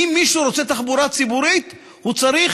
ואם מישהו רוצה תחבורה ציבורית, הוא צריך